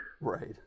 Right